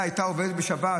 התעשייה הייתה עובדת בשבת?